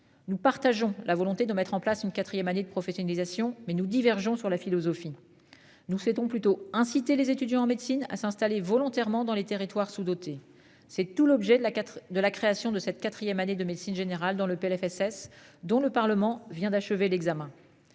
Nous partageons la volonté de mettre en place une 4ème année de professionnalisation mais nous divergeons sur la philosophie. Nous souhaitons plutôt inciter les étudiants en médecine à s'installer volontairement dans les territoires sous-dotés. C'est tout l'objet de la IV de la création de cette 4ème année de médecine générale dans le PLFSS dont le parlement vient d'achever l'examen.